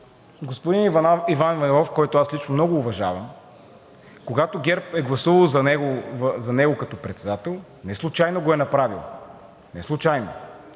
господин Иван Иванов, когото аз лично много уважавам, когато ГЕРБ е гласувал за него като председател, неслучайно го е направил. Неслучайно!